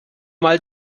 mal